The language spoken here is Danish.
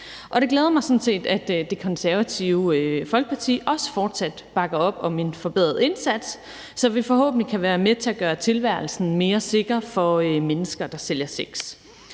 det glæder mig sådan set, at Det Konservative Folkeparti også fortsat bakker op om forbedret indsats, så vi forhåbentlig kan være med til at gøre tilværelsen mere sikker for mennesker, der sælger sex.